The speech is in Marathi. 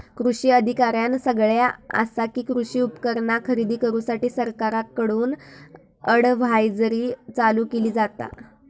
कृषी अधिकाऱ्यानं सगळ्यां आसा कि, कृषी उपकरणा खरेदी करूसाठी सरकारकडून अडव्हायजरी चालू केली जाता